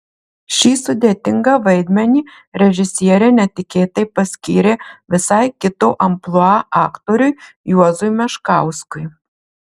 šį sudėtingą vaidmenį režisierė netikėtai paskyrė visai kito amplua aktoriui juozui meškauskui